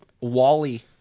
Wally